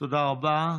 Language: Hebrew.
תודה רבה.